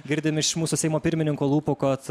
girdim iš mūsų seimo pirmininko lūpų kad